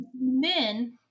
men